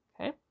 Okay